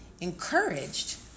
encouraged